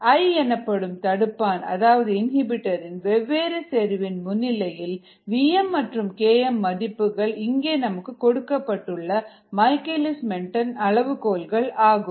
I எனப்படும் தடுப்பான் அதாவது இன்ஹிபிட்டர் இன் வேவ்வேறு செறிவின் முன்னிலையில் vmமற்றும் km மதிப்புகள் இங்கே நமக்கு கொடுக்கப்பட்ட மைக்கேல்லிஸ் மென்டென் அளவுகோல்கள் ஆகும்